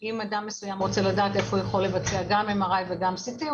אם אדם מסוים רוצה לדעת איפה הוא יכול לבצע גם MRI וגם CT,